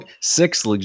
six